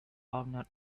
owner